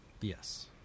Yes